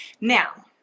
Now